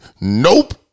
nope